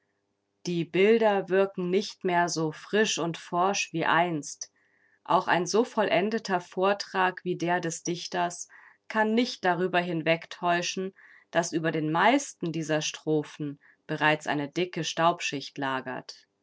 die bilder wirken nicht mehr so frisch und forsch wie einst auch ein so vollendeter vortrag wie der des dichters kann nicht darüber hinwegtäuschen daß über den meisten dieser strophen bereits eine dicke staubschicht lagert